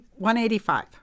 185